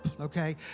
okay